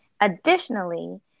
Additionally